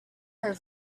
her